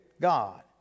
god